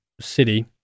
City